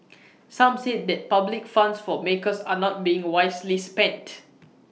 some said that public funds for makers are not being wisely spent